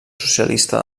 socialista